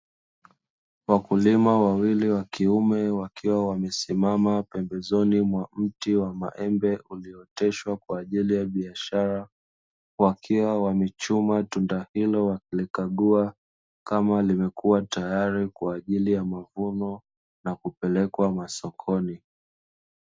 Wakulima wawili wa kiume ,wakiwa wamesimama pembezoni mwa mti wa maembe, uliooteshwa kwa ajili ya biashara. Wakiwa wamechuma tunda hilo wakilikagua, kama limekuwa tayari kwa ajili ya kuvunwa na kupelekwa masokoni.